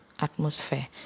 atmosphere